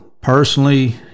personally